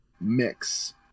mix